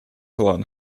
along